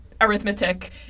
arithmetic